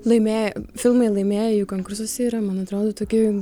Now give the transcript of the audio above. laimėję filmai laimėję jų konkursus yra man atrodo tokie jau